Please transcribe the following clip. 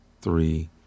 three